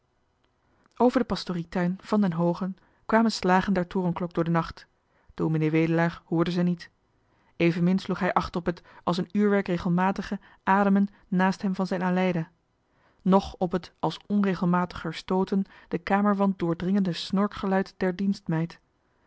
den pastorietuin van den hoogen kwamen slagen der torenklok door den nacht ds wedelaar hoorde ze niet evenmin sloeg hij acht op het als een uurwerk regelmatige ademen naast hem van zijne aleida noch op het als onregelmatiger stooten den kamerwand doordringende snorkgeluid der